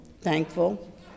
thankful